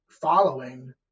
following